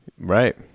right